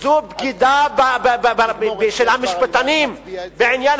זו בגידה של המשפטנים בעניין